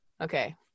Okay